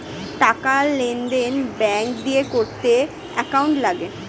টাকার লেনদেন ব্যাঙ্ক দিয়ে করতে অ্যাকাউন্ট লাগে